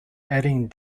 adding